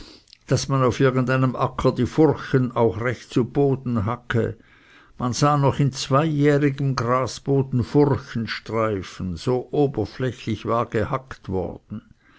daß man auf irgend einem acker die furchen auch recht zu boden hacke man sah noch in zweijährigem grasboden furchenstreifen so oberflächlich war gehacket worden